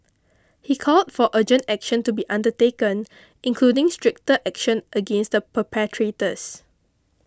he called for urgent action to be undertaken including stricter action against the perpetrators